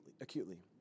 acutely